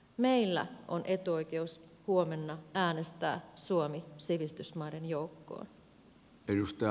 meillä on etuoikeus huomenna äänestää suomi sivistysmaiden joukkoon